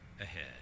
ahead